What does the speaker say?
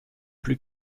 plus